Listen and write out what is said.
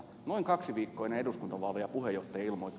noin kaksi viikkoa ennen eduskuntavaaleja puheenjohtaja ilmoitti